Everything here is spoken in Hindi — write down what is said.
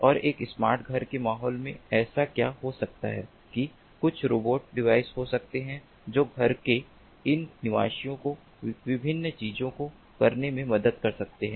और एक स्मार्ट घर के माहौल में ऐसा क्या हो सकता है कि कुछ रोबोट डिवाइस हो सकते हैं जो घर के इन निवासियों को विभिन्न चीजों को करने में मदद कर सकते हैं